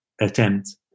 attempt